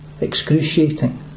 excruciating